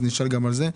אז אני אשאל גם על זה.